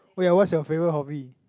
oh ya what's your favourite hobby